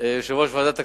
יושב-ראש ועדת הכספים,